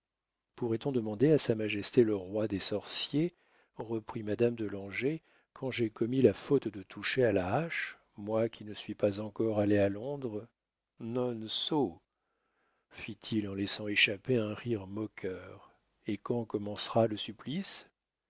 pourrait-on demander à sa majesté le roi des sorciers reprit madame de langeais quand j'ai commis la faute de toucher à la hache moi qui ne suis pas encore allée à londres non so fit-il en laissant échapper un rire moqueur et quand commencera le supplice